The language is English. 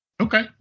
Okay